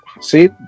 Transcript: See